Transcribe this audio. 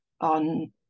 on